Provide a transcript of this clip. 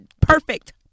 perfect